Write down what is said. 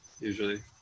usually